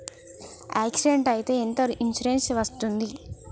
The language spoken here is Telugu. యాక్సిడెంట్ అయితే ఎంత ఇన్సూరెన్స్ వస్తది?